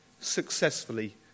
successfully